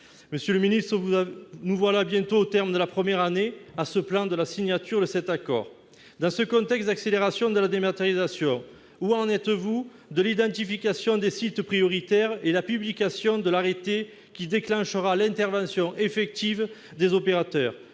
Monsieur le ministre, près d'une année s'est écoulée depuis le lancement de ce plan et la signature de cet accord. Dans ce contexte d'accélération de la dématérialisation, où en êtes-vous de l'identification des sites prioritaires et de la rédaction de l'arrêté qui déclenchera l'intervention effective des opérateurs ?